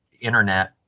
internet